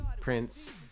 Prince